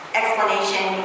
explanation